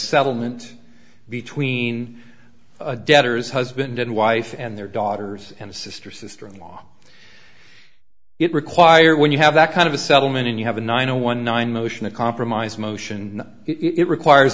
settlement between debtors husband and wife and their daughters and a sister sister in law it require when you have that kind of a settlement and you have a nine zero one nine motion a compromise motion it requires